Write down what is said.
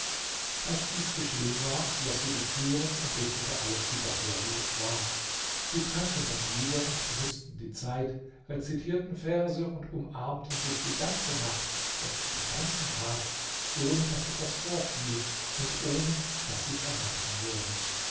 als dies geschehen war schloß sie die türen und richtete alles wieder her wie es war sie tranken dann wieder und benützten die zeit rezitierten verse und umarmten sich die ganze nacht und den ganzen tag ohne daß etwas vorfiel und ohne daß sie verraten wurden